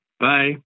Bye